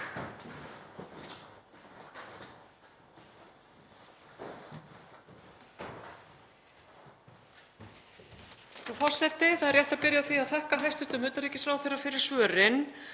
Það er rétt að byrja á því að þakka hæstv. utanríkisráðherra fyrir svörin